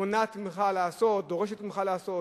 מונעת ממך לעשות, דורשת ממך לעשות.